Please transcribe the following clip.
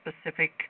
specific